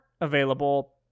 available